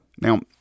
Now